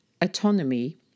autonomy